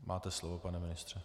Máte slovo, pane ministře.